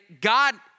God